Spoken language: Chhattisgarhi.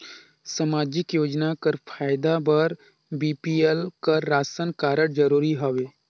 समाजिक योजना कर फायदा बर बी.पी.एल कर राशन कारड जरूरी हवे?